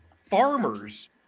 Farmers